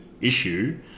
issue